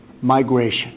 migration